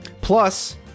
Plus